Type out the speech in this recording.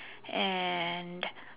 and